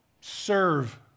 Serve